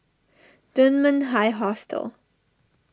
Dunman High Hostel